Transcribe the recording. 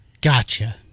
Gotcha